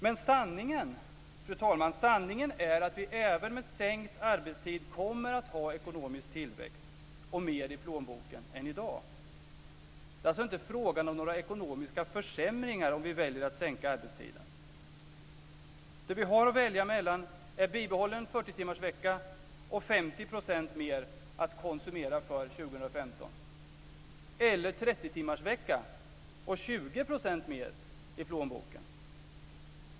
Men sanningen är, fru talman, att vi även med sänkt arbetstid kommer att ha ekonomisk tillväxt och mer i plånboken än i dag. Det är alltså inte fråga om några ekonomiska försämringar om vi väljer att sänka arbetstiden. Det vi har att välja mellan är bibehållen 40-timmarsvecka och 50 % mer att konsumera för år 2015 eller 30 timmarsvecka och 20 % mer i plånboken.